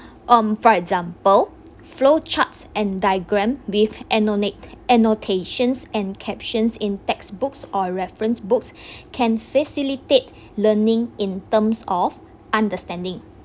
um for example flow charts and diagram with anno~ annotations and captions in textbooks or reference books can facilitate learning in terms of understanding